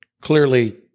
clearly